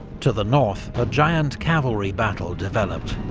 to the north, a giant cavalry battle developed,